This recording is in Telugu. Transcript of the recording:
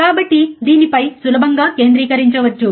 కాబట్టి దీనిపై సులభంగా కేంద్రీకరించవచ్చు